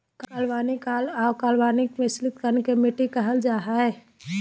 कार्बनिक आर अकार्बनिक मिश्रित कण के मिट्टी कहल जा हई